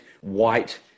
white